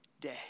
day